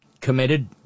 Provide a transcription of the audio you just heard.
committed